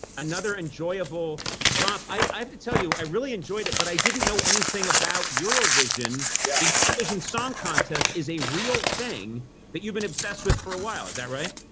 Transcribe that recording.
another enjoyable romp. i have to tell you i really enjoyed it, but i didn't know anything about eurovision. yeah the eurovision song contest is a real thing that you've been obsessed with for a while. is that right?